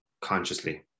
consciously